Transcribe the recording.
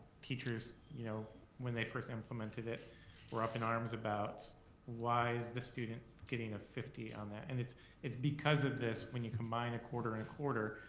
teachers you know when they first implemented it were up in arms about why is the student getting a fifty on that. and it's it's because of this, when you combine a quarter and a quarter,